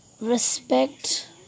respect